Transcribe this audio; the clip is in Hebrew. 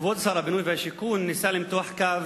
כבוד שר הבינוי והשיכון ניסה למתוח קו